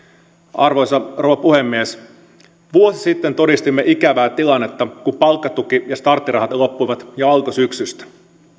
arvoisa rouva puhemies vuosi sitten todistimme ikävää tilannetta kun palkkatuki ja starttirahat loppuivat jo alkusyksystä